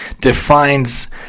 defines